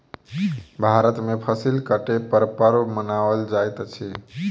भारत में फसिल कटै पर पर्व मनाओल जाइत अछि